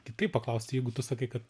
kitaip paklausti jeigu tu sakai kad